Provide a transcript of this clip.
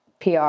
PR